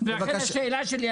--- ולכן השאלה שלי,